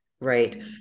right